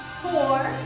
four